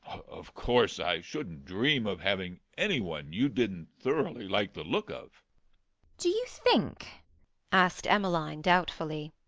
of course i shouldn't dream of having anyone you didn't thoroughly like the look of do you think asked emmeline doubtfully,